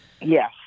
Yes